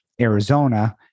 Arizona